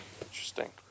Interesting